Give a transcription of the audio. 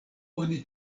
oni